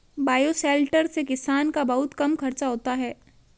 bioshelter से किसान का बहुत कम खर्चा होता है